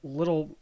little